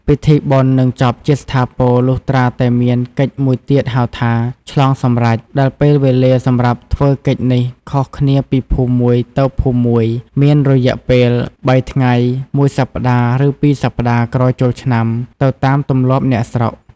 ពិធីបុណ្យនឹងចប់ជាស្ថាពរ លុះត្រាតែមានកិច្ចមួយទៀតហៅថា ឆ្លងសម្រេច ដែលពេលវេលាសម្រាប់ធ្វើកិច្ចនេះខុសគ្នាពីភូមិមួយទៅភូមិមួយមានរយៈពេល ៣ ថ្ងៃ ១ សប្តាហ៍ ឬ ២ សប្តាហ៍ក្រោយចូលឆ្នាំ ទៅតាមទម្លាប់អ្នកស្រុក។